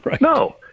No